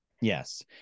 Yes